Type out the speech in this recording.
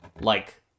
like-